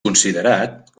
considerat